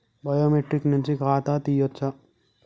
Biometric నుంచి ఖాతా తీయచ్చా?